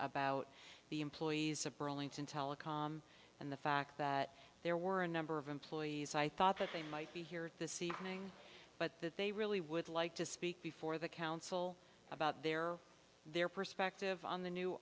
about the employees of burlington telecom and the fact that there were a number of employees i thought that they might be here this evening but that they really would like to speak before the council about their their perspective on the new